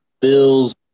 Bills